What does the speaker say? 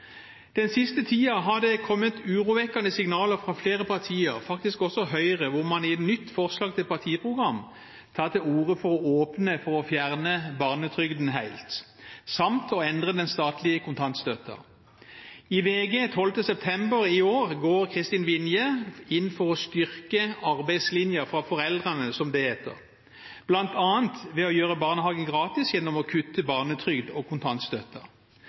Den siste tiden har det kommet urovekkende signaler fra flere partier, faktisk også fra Høyre, hvor man i et nytt forslag til partiprogram tar til orde for å åpne for å fjerne barnetrygden helt samt å endre den statlige kontantstøtten. I VG 12. september i år går Kristin Vinje inn for å «styrke arbeidslinjen for foreldrene», som det heter, bl.a. ved å gjøre barnehagen gratis gjennom å kutte barnetrygd og kontantstøtte.